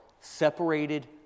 separated